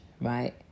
right